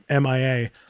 MIA